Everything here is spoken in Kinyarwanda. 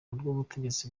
rw’ubutegetsi